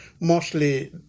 mostly